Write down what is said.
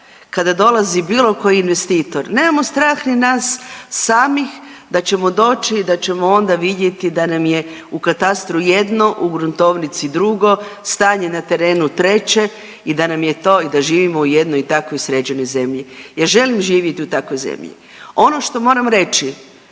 kada dolazi bilo koji investitor, nemamo strah ni nas samih da ćemo doći i da ćemo onda vidjeti da nam je u katastru jedno, u gruntovnici drugo, stanje na terenu treće i da nam je to i da živimo u jednoj takvoj sređenoj zemlji. Ja želim živjeti u takvoj zemlji. Ono što moram reći,